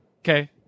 Okay